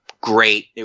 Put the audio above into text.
great